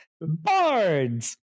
Bards